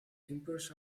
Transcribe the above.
timbers